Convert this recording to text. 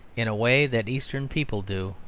in a way that eastern people do,